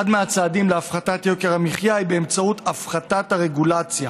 אחד מהצעדים להפחתת יוקר המחיה הוא באמצעות הפחתת הרגולציה,